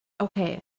okay